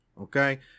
okay